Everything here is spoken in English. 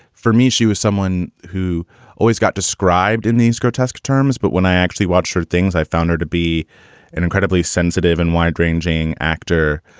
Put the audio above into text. for me, she was someone who always got described in these grotesque terms but when i actually watch her things, i found her to be an incredibly sensitive and wide-ranging actor.